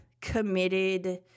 committed